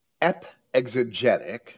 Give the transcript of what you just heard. ep-exegetic